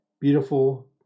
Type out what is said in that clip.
Beautiful